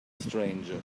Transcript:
stranger